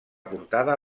portada